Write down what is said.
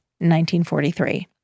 1943